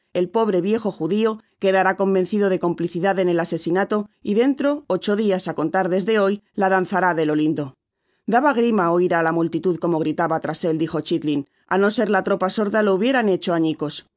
el pobre viejo judio quedará convencido de complicidad en el asesinato y dentro ocho dias á contar desde hoy te danzará de o lindo daba grima oir á la multitud como gritaba tras él dijo chitling a no ser la tropa sorda lo hubieran hecho añicos